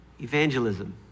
evangelism